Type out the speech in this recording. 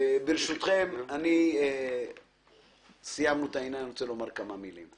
אנחנו סיימנו את העניין וברשותכם אני רוצה לומר כמה מילים.